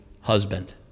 husband